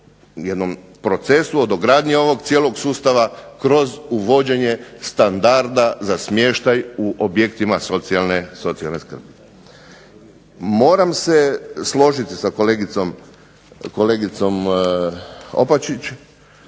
procesu, o dogradnji ovog cijelog sustava kroz uvođenje standarda za smještaj u objektima socijalne skrbi. Moram se složiti sa kolegicom Opačić